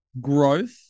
growth